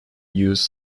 used